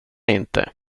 inte